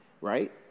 right